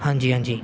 ਹਾਂਜੀ ਹਾਂਜੀ